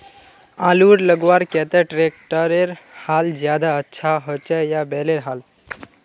आलूर लगवार केते ट्रैक्टरेर हाल ज्यादा अच्छा होचे या बैलेर हाल?